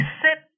sit